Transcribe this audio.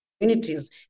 Communities